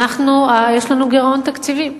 יש לנו גירעון תקציבי.